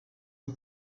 aux